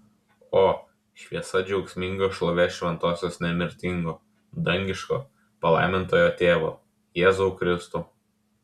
o šviesa džiaugsminga šlovės šventosios nemirtingo dangiško palaimintojo tėvo jėzau kristau